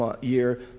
year